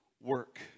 work